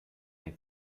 die